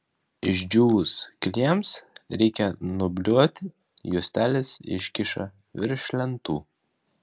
išdžiūvus klijams reikia nuobliuoti juostelės iškyšą virš lentų